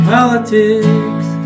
Politics